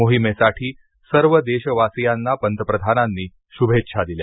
मोहिमेसाठी सर्व देशवासीयांना पंतप्रधानांनी शुभेच्छा दिल्या